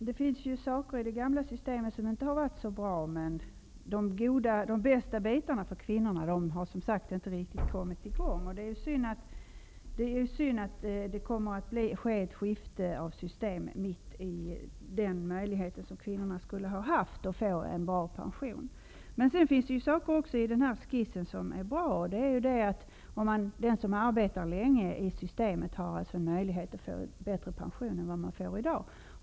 Herr talman! Det finns saker i det gamla systemet som inte har varit så bra, men de bästa bitarna för kvinnorna har som sagt inte riktigt kommit i gång. Det är synd att det kommer att ske ett skifte av system mitt i den möjlighet som kvinnorna skulle ha haft att få en bra pension. Men det finns också saker i den här skissen som är bra. Det är att den som arbetar länge i systemet har en möjlighet att få bättre pension än i dag.